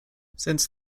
since